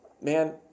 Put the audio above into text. Man